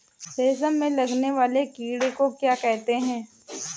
रेशम में लगने वाले कीड़े को क्या कहते हैं?